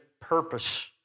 purpose